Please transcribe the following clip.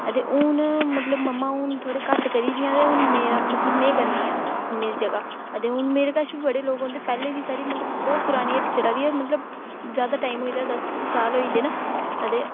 अदे हून मतलब मम्मा हून थोह्ड़े घट्ट करी एदियां दा ते हून में अदे हून मेरे कश बी बड़े लोग औंदे पैह्लें दी साढ़ी मतलब बहुत पुरानी हट्टी चला दी ऐ मतलब जादा टाइम होई दा दस साल होई दे अदे